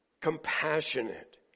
compassionate